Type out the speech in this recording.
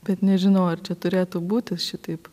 bet nežinau ar čia turėtų būti šitaip